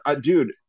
dude